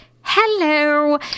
Hello